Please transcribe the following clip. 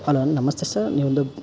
hello namaste sir